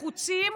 לחוצים,